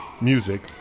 music